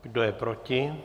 Kdo je proti?